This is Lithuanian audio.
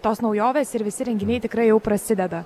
tos naujovės ir visi renginiai tikrai jau prasideda